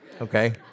Okay